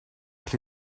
que